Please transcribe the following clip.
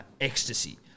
ecstasy